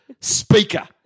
speaker